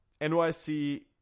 nyc